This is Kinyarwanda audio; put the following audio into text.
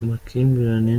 makimbirane